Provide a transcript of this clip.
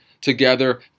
together